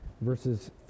verses